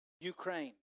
Ukraine